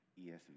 ESV